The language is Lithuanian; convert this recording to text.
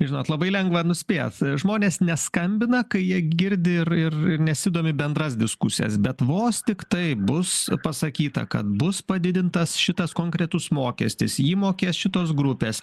žinot labai lengva nuspėt žmonės neskambina kai jie girdi ir ir ir nesidomi bendras diskusijas bet vos tiktai bus pasakyta kad bus padidintas šitas konkretus mokestis jį mokės šitos grupės